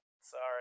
sorry